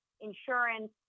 insurance